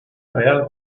real